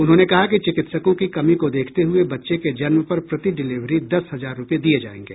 उन्होंने कहा कि चिकित्सकों की कमी को देखते हुए बच्चे के जन्म पर प्रति डिलेवरी दस हजार रूपये दिये जायेंगे